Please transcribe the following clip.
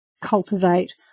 cultivate